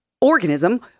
organism